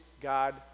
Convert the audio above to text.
God